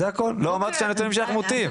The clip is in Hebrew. לא אמרתי שהנתונים שלך מוטים,